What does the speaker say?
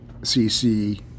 CC